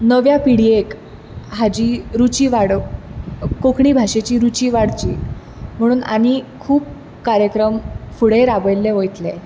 नव्या पिढयेक हाची रुची वाडप कोंकणी भाशेची रुची वाडची म्हणून आनी खूब कार्यक्रम फुडें राबयल्ले वयतले